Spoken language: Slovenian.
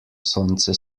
sonce